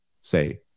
say